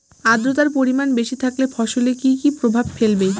আদ্রর্তার পরিমান বেশি থাকলে ফসলে কি কি প্রভাব ফেলবে?